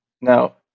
Now